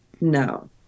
No